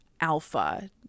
alpha